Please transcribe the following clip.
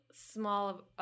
Small